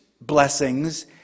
blessings